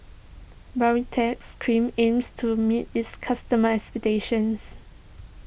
Baritex Cream aims to meet its customers' expectations